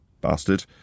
bastard